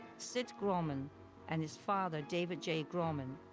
sid grauman and his father, david j grauman,